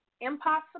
impossible